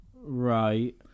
Right